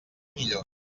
millor